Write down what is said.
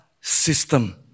system